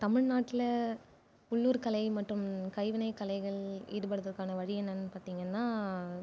தமிழ்நாட்டில் உள்ளூர் கலை மற்றும் கைவினை கலைகள் ஈடுபடுதுக்கான வழி என்னன்னு பார்த்தீங்கன்னா